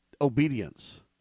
obedience